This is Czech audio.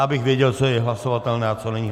Abych věděl, co je hlasovatelné a co není.